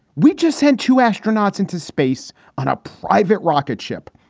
we just had two astronauts into space on a private rocket ship.